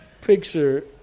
picture